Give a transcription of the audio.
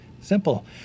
Simple